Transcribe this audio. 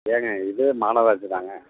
ஏங்க இதுவும் மாநகராட்சி தாங்க